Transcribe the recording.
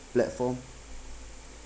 platform